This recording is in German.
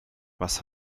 was